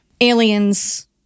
aliens